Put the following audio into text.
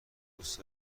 دوست